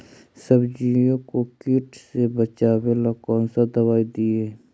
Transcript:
सब्जियों को किट से बचाबेला कौन सा दबाई दीए?